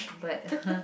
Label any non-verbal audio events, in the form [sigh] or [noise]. but [noise]